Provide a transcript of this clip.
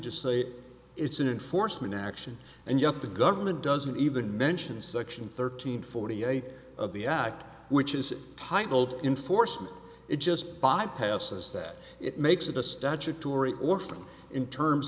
just say it's an enforcement action and yet the government doesn't even mention section thirteen forty eight of the act which is titled enforcement it just bypasses that it makes it a statutory or from in terms